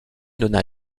donna